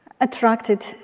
attracted